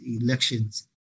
elections